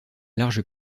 large